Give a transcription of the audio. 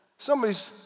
Somebody's